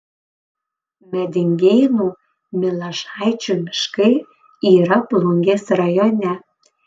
medingėnų milašaičių miškai yra plungės rajone